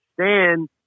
stand